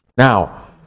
Now